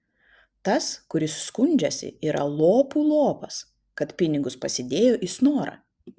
tas kuris skundžiasi yra lopų lopas kad pinigus pasidėjo į snorą